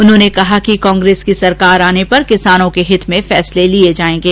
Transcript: उन्होंने कहा कि कांग्रेस की सरकार आने पर किसानों के हित में फैसले किए जाएंगे